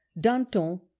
Danton